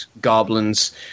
goblins